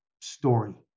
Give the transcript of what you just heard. story